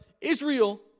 israel